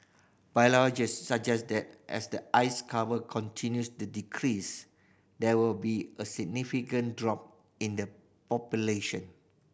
suggest that as the ice cover continues to decrease there will be a significant drop in the population